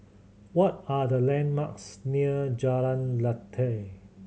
what are the landmarks near Jalan Lateh